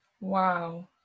Wow